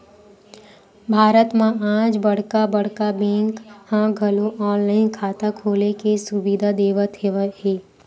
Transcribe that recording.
भारत म आज बड़का बड़का बेंक ह घलो ऑनलाईन खाता खोले के सुबिधा देवत हे